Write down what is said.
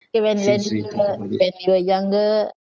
okay when when when we were younger